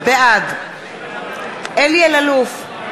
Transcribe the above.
בעד אלי אלאלוף,